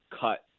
cut